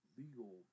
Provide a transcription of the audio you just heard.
legal